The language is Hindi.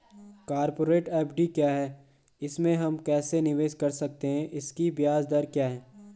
कॉरपोरेट एफ.डी क्या है इसमें हम कैसे निवेश कर सकते हैं इसकी ब्याज दर क्या है?